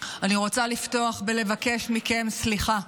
אני רוצה לפתוח בלבקש מכם סליחה.